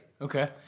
Okay